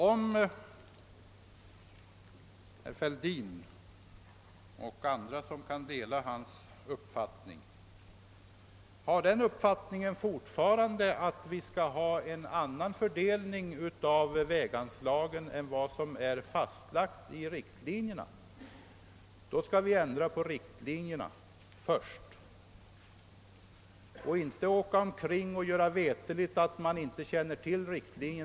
Om herr Fälldin och andra som kan dela hans uppfattning fortfarande anser att väganslagen skall fördelas på ett annat sätt än vad som är fastlagt i 1963 års trafikpolitiska riktlinjer, bör ni därför börja med att ändra på dessa riktlinjer.